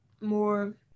more